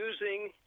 using